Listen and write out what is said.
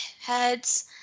heads